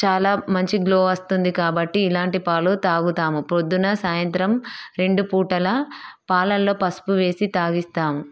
చాలా మంచి గ్లో వస్తుంది కాబట్టి ఇలాంటి పాలు తాగుతాము ప్రొద్దున సాయంత్రం రెండు పూటలా పాలల్లో పసుపు వేసి తాగిస్తాం